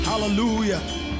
Hallelujah